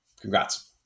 congrats